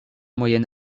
moyenne